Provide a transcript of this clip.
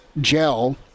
gel